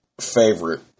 favorite